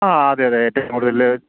ആ അതെ അതെ ഏറ്റവും കൂടുതൽ